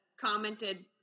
commented